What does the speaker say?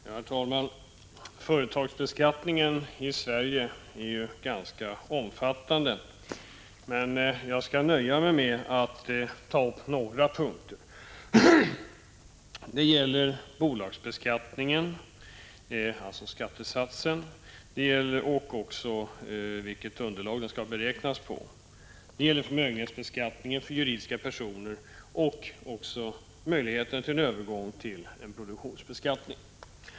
Herr talman! Företagsbeskattningen i Sverige är ganska omfattande, och jag skall nöja mig med att ta upp bara några punkter: bolagsbeskattningen — skattesatsen och det underlag som denna skall beräknas på —, förmögenhetsbeskattningen för juridiska personer och möjligheten till övergång till produktionsbeskattning.